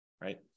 right